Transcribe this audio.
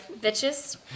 bitches